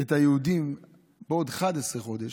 את היהודים בעוד 11 חודש,